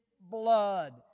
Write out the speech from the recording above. blood